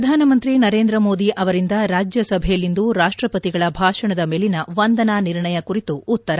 ಪ್ರಧಾನಮಂತ್ರಿ ನರೇಂದ್ರ ಮೋದಿ ಅವರಿಂದ ರಾಜ್ಯಸಭೆಯಲ್ಲಿಂದು ರಾಷ್ಟ್ರಪತಿಗಳ ಭಾಷಣದ ಮೇಲಿನ ವಂದನಾ ನಿರ್ಣಯ ಕುರಿತು ಉತ್ತರ